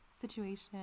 situation